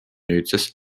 nüüdseks